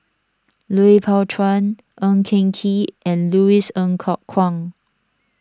Lui Pao Chuen Ng Eng Kee and Louis Ng Kok Kwang